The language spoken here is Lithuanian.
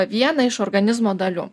vieną iš organizmo dalių